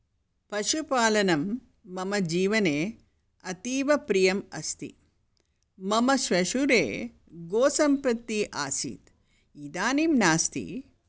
पशुपालनं मम जीवने अतीवप्रियम् अस्ति मम श्वशुरे गोसम्पत्ति आसीत् इदानीं नास्ति